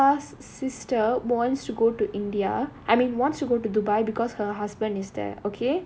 அப்பா:appa sister wants to go to india I mean wants to go to dubai because her husband is there okay